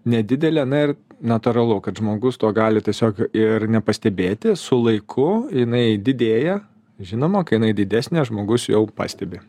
nedidelė na ir natūralu kad žmogus to gali tiesiog ir nepastebėti su laiku jinai didėja žinoma kai jinai didesnė žmogus jau pastebi